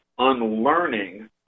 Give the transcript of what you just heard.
unlearning